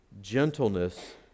gentleness